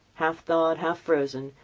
half thawed, half frozen,